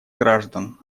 граждан